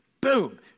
Boom